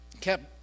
kept